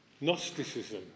Gnosticism